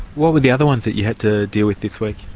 what were the other ones that you had to deal with this week?